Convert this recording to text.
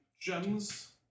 gems